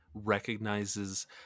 recognizes